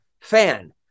fan